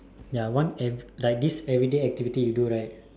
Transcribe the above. ya one every like this everyday activity you do right